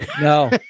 no